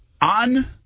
on